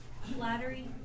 flattery